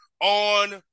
on